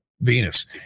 Venus